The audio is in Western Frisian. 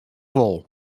wol